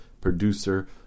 producer